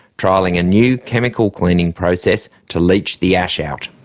trialling a new chemical cleaning process to leach the ash out.